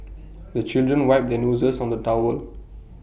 the children wipe their noses on the towel